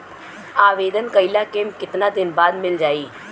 आवेदन कइला के कितना दिन बाद मिल जाई?